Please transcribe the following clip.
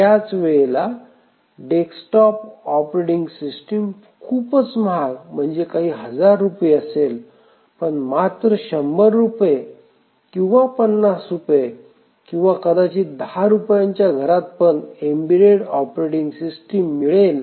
त्याच वेळेला desktop operating system खूपच महाग म्हणजे काही हजार रुपये असेल पण मात्र शंभर रुपये किंवा पन्नास रुपये किंवा कदाचित दहा रुपयांच्या घरात पण एम्बेडेड ऑपरेटिंग सिस्टिम मिळेल